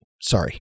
Sorry